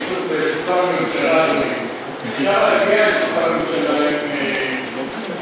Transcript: לשולחן הממשלה עם עגלת נכים, אי-אפשר לצאת משם.